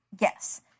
yes